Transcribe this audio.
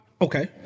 okay